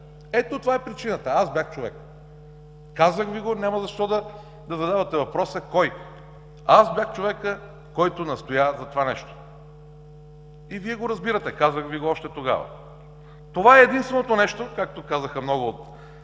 Ето, това е причината. Аз бях човекът. Казах Ви го, няма защо да задавате въпроса: кой? Аз бях човекът, който настоя за това нещо. И Вие го разбирате, казах Ви го още тогава. Това е единственото нещо, както казаха много от